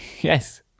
yes